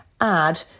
add